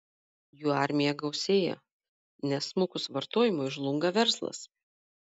jų armija gausėja nes smukus vartojimui žlunga verslas